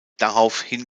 daraufhin